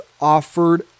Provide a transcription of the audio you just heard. offered